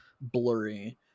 blurry